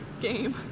game